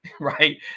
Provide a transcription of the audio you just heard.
right